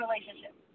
relationship